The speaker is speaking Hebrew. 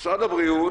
משרד הבריאות,